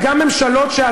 תשאלו את